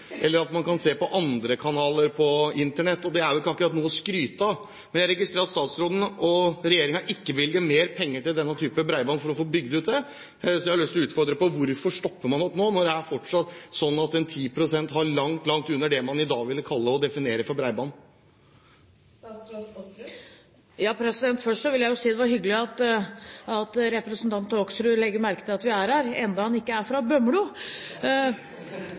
se på andre kanaler på Internett. Så det er ikke akkurat noe å skryte av. Jeg registrerer at statsråden og regjeringen ikke bevilger mer penger for å få bygd ut denne typen bredbånd. Så jeg har lyst til å utfordre statsråden på følgende: Hvorfor stopper man opp nå, når det fortsatt er slik at 10 pst. har langt, langt under det man i dag vil kalle og definere som bredbånd? Først vil jeg si at det er hyggelig at representanten Hoksrud legger merke til at vi er her – enda han ikke er fra Bømlo!